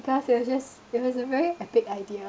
plus it was just it was a very epic idea